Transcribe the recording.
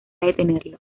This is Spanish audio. detenerlo